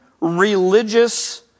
religious